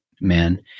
man